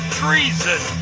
treason